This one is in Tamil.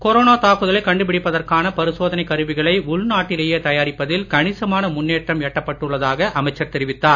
கொரோனா தாக்குதலை கண்டுபிடிப்பதற்கான பரிசோதனைக் கருவிகளை உள்நாட்டிலேயே தயாரிப்பதில் கனிசமான முன்னேற்றம் எட்டப்பட்டுள்ளதாக அமைச்சர் தெரிவித்தார்